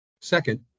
Second